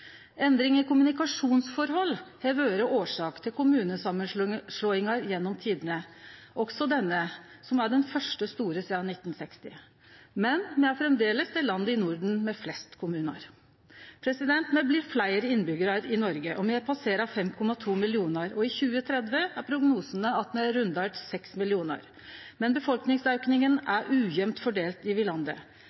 Endring i kommunikasjonsforhold har vore årsak til kommunesamanslåingar gjennom tidene, også denne, som er den første store sidan 1960-talet, men me er framleis det landet i Norden som har flest kommunar. Me blir fleire innbyggjarar i Noreg, me har passert 5,2 millionar. I 2030 er prognosane at me rundar 6 millionar. Men folkeauken er ujamt fordelt